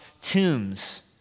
tombs